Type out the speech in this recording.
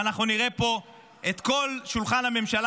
ואנחנו נראה פה את כל שולחן הממשלה